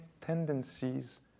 tendencies